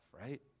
right